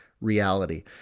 reality